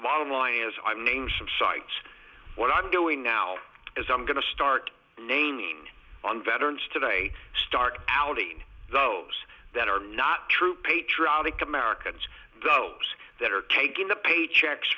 bottom line as i'm name some sites what i'm doing now is i'm going to start naming on veterans today stark out and those that are not true patriotic americans those that are taking the paychecks